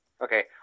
Okay